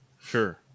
sure